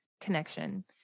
connection